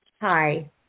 Hi